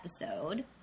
episode